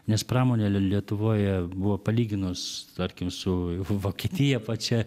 nes pramonė lietuvoje buvo palyginus tarkim su vokietija pačia